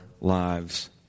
lives